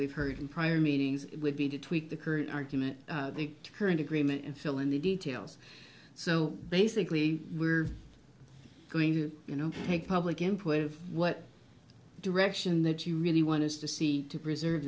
we've heard in prior meetings it would be to tweak the current argument the current agreement and fill in the details so basically we're going to you know take public input of what direction that you really want to see to preserve